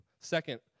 Second